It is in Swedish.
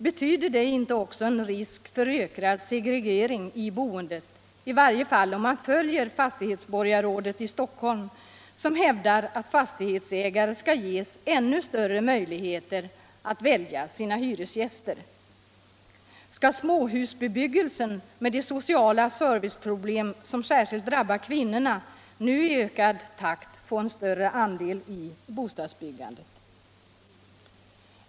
Betyder inte det också en risk för ökad scgregering i boendet, i varje fall om man följer fastighetsborgarrådet i Stockholm, som hävdar att fastighetsägare skall ges än större möjligheter att välja sina hyresgäster? Skall småhusbebyggelsen med de sociala serviceproblem som särskilt drabbar kvinnorna nu i ökad takt få en större andel 1i bostadsbyggandet?